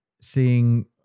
seeing